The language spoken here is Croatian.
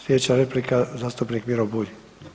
Slijedeća replika zastupnik Miro Bulj.